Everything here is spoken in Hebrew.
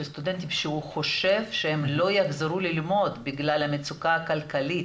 סטודנטים שהוא חושב שהם לא יחזרו ללמוד בגלל המצוקה הכלכלית,